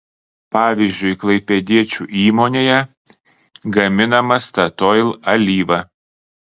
pavyzdžiui klaipėdiečių įmonėje gaminama statoil alyva